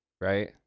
right